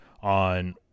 on